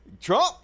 Trump